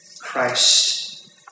Christ